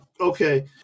Okay